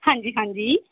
ਹਾਂਜੀ ਹਾਂਜੀ